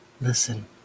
listen